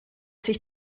sich